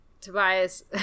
Tobias